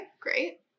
great